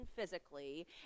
physically